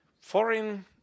Foreign